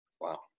Wow